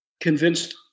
convinced